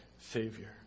Savior